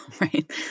right